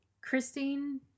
Christine